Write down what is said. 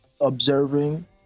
observing